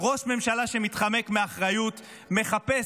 -- ראש ממשלה שמתחמק מאחריות ומחפש,